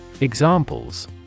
Examples